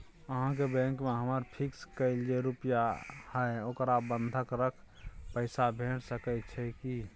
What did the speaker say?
अहाँके बैंक में हमर फिक्स कैल जे रुपिया हय ओकरा बंधक रख पैसा भेट सकै छै कि?